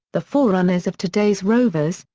the forerunners of today's rovers,